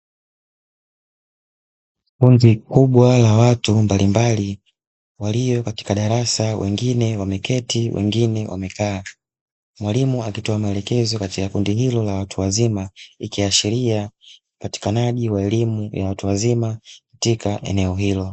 Kundi kubwa la watu mbalimbali walio katika darasa, wengine wameketi wengine wamekaa mwalimu akitoa maelekezo katika kundi hilo la watu wazima, ikiashiria upatikanaji wa elimu ya watu wazima katika eneo hilo.